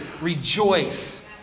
rejoice